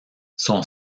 son